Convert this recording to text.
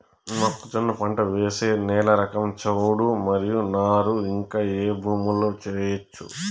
మొక్కజొన్న పంట వేసే నేల రకం చౌడు మరియు నారు ఇంకా ఏ భూముల్లో చేయొచ్చు?